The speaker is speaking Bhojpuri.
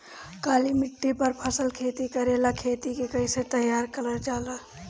काली मिट्टी पर फसल खेती करेला खेत के कइसे तैयार करल जाला?